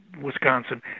Wisconsin